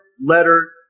letter